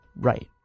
right